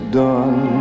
done